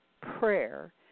prayer